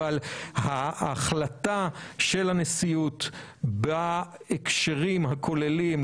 אבל ההחלטה של הנשיאות בהקשרים הכוללים,